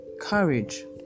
courage